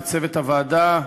לצוות הוועדה: